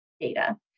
data